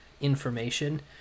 information